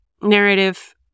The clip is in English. narrative